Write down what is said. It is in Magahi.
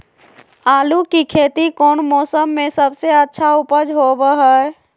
आलू की खेती कौन मौसम में सबसे अच्छा उपज होबो हय?